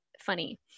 funny